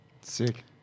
Sick